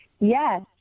Yes